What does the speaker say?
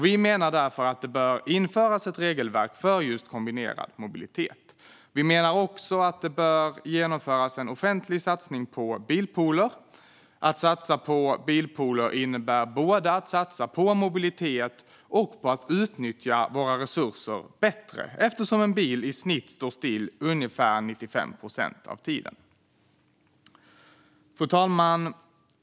Vi menar därför att det bör införas ett regelverk för just kombinerad mobilitet. Vi menar också att det bör genomföras en offentlig satsning på bilpooler. Att satsa på bilpooler innebär både att satsa på mobilitet och att utnyttja våra resurser bättre, eftersom en bil i snitt står still ungefär 95 procent av tiden. Fru talman!